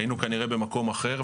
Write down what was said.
היינו כנראה במקום אחר,